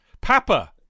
Papa